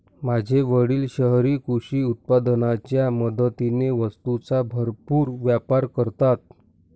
माझे वडील शहरी कृषी उत्पादनाच्या मदतीने वस्तूंचा भरपूर व्यापार करतात